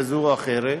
כזאת או אחרת,